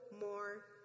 more